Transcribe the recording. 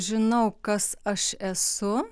žinau kas aš esu